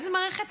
איזו מערכת?